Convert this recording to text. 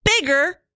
bigger